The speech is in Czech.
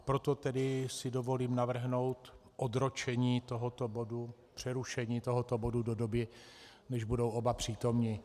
Proto si tedy dovolím navrhnout odročení tohoto bodu, přerušení tohoto bodu do doby, než budou oba přítomni.